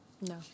No